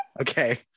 okay